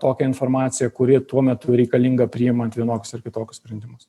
tokią informaciją kuri tuo metu reikalinga priimant vienokius ar kitokius sprendimus